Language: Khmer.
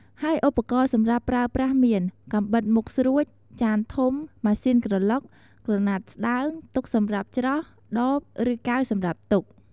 ហើយឧបករណ៍សម្រាប់ប្រើប្រាស់មាន កាំបិតមុតស្រួច ចានធំ ម៉ាស៊ីនក្រឡុក ក្រណាត់ស្តើង ទុកសម្រាប់ច្រោះ ដប ឬកែវសម្រាប់ទុក។